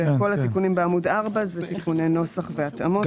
כל התיקונים בעמוד 4 זה תיקוני נוסח והתאמות.